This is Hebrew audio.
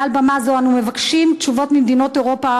מעל במה זו אנו מבקשים תשובות ממדינות אירופה,